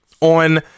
on